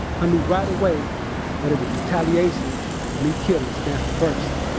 i knew right away that it was retaliation for me killing stanford bursey.